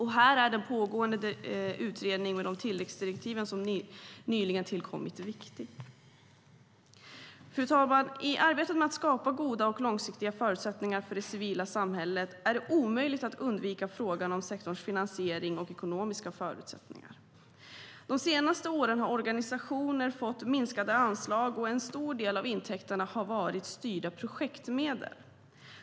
Här är den pågående utredningen med de tilläggsdirektiv som nyligen tillkommit viktig. Fru talman! I arbetet med att skapa goda och långsiktiga förutsättningar för det civila samhället är det omöjligt att undvika frågan om sektorns finansiering och ekonomiska förutsättningar. De senaste åren har organisationer fått minskade anslag, och en stor del av intäkterna har varit styrda projektmedel.